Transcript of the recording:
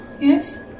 yes